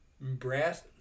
Brass